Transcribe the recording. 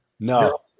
No